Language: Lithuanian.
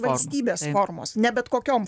valstybės formos ne bet kokiom